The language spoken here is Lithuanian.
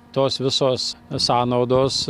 tos visos sąnaudos